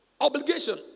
Obligation